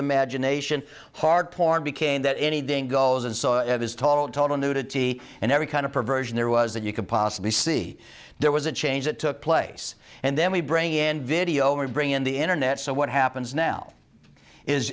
the magination hard porn became that anything goes and so it is total total nudity and every kind of perversion there was that you could possibly see there was a change that took place and then we bring in video or bring in the internet so what happens now is